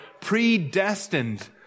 predestined